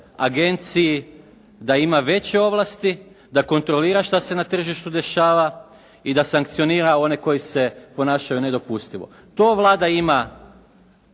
agenciji da ima veće ovlasti, da kontrolira što se na tržištu dešava i da sankcionira one koji se ponašaju nedopustivo. To Vlada ima